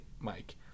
Mike